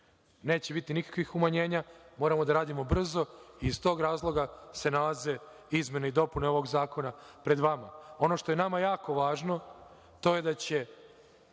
Neće biti nikakvih umanjena, moramo da radimo brzo, i iz tog razloga se nalaze izmene i dopune ovog Zakona pred vama. Ono što je nama jako važno, to je da će